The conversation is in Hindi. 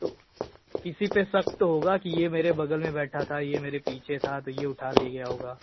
तो किसी पे शक तो होगा कि ये मेरे बगल में बैठा था ये मेरे पीछे था तो ये उठा ले गया होगा